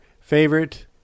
favorite